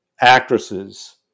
actresses